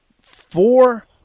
four